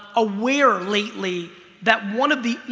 aware lately that one of the you